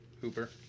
Hooper